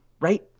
right